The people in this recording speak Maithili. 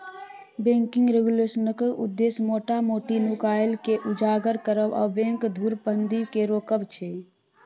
बैंकिंग रेगुलेशनक उद्देश्य मोटा मोटी नुकाएल केँ उजागर करब आ बैंक धुरफंदी केँ रोकब छै